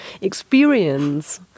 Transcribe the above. experience